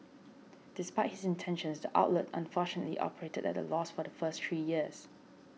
despite his intentions the outlet unfortunately operated at a loss for the first three years